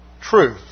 truth